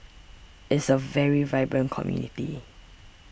is a very vibrant community